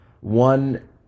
one